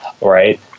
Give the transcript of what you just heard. right